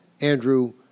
Andrew